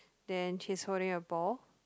then she's holding a ball